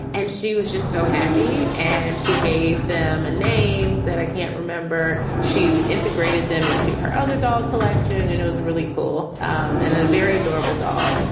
and she was just so happy. and she gave them a name that i can't remember she's integrated them into her other doll collection. and it was really cool um and a very adorable doll.